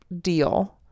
deal